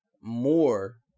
more